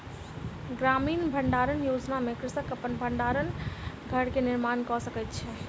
ग्रामीण भण्डारण योजना में कृषक अपन भण्डार घर के निर्माण कय सकैत अछि